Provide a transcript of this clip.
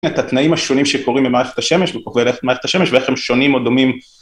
את התנאים השונים שקורים במערכת השמש ואיך הם שונים או דומים.